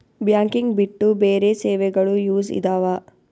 Banking ಬಿಟ್ಟು ಬೇರೆ ಸೇವೆಗಳು ಯೂಸ್ ಇದಾವ?